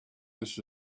this